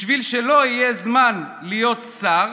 בשביל שלו יהיה זמן להיות שר